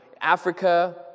Africa